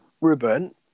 Ruben